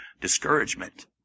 discouragement